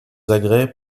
agrès